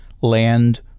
land